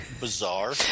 bizarre